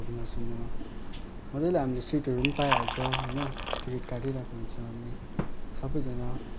घुम्न सुम्न मजाले हामीले सिटहरू पनि पाइहाल्छ होइन टिकट काटिराख्नु पर्छ अनि सबैजना